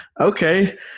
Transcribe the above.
okay